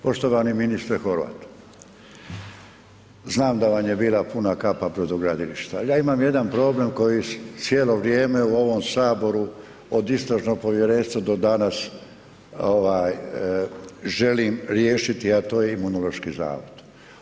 Poštovani ministre Horvat, znam da vam je bila puna kapa brodogradilišta, ali ja imam jedan problem koji cijelo vrijeme u ovom Saboru od Istražnog povjerenstva do danas želim riješiti, a to je Imunološki zavod.